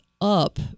up